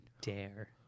dare